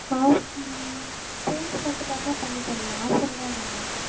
ஆஃபராக change மட்டும் தாம்மா பண்ணி தருவேன் ஆஃபரெலாம் இல்லைம்மா